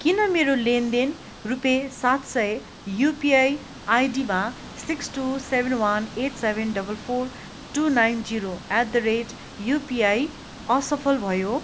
किन मेरो लेनदेन रुपियाँ सात सय युपिआई आईडीमा six two seven one eight seven double four two nine zero at the rate UPI असफल भयो